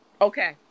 Okay